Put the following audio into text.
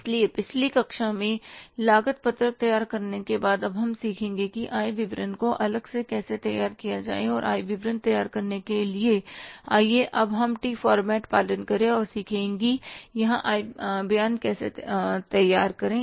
इसलिए पिछली कक्षा में लागत पत्रक तैयार करने के बाद अब हम सीखेंगे कि आय विवरण को अलग से कैसे तैयार किया जाए और आय विवरण तैयार करने के लिए आइए अब हम टी फॉर्मेट का पालन करें और सीखें कि यहां आय बयान कैसे तैयार करें